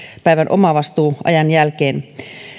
päivän omavastuuajan jälkeen